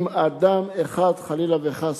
אם אדם אחד, חלילה וחס,